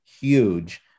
huge